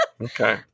Okay